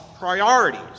priorities